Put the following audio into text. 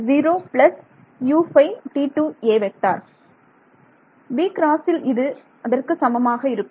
zero plus b யில் இது அதற்கு சமமாக இருக்கும்